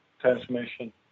transmission